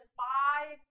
five